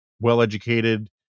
well-educated